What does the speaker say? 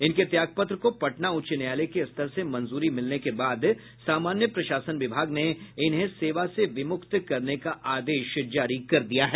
इनके त्याग पत्र को पटना उच्च न्यायालय के स्तर से मंजूरी मिलने के बाद सामान्य प्रशासन विभाग ने इन्हें सेवा से विमुक्त करने का आदेश जारी कर दिया है